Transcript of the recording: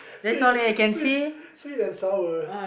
sweet sweet sweet and sour